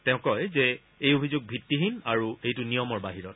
তেওঁ কয় যে এই অভিযোগ ভিত্তিহীন আৰু এইটো নিয়মৰ বাহিৰত